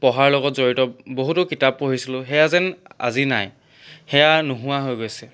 পঢ়াৰ লগত জড়িত বহুতো কিতাপ পঢ়িছিলো সেয়া যেন আজি নাই সেয়া নোহোৱা হৈ গৈছে